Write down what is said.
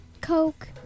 Coke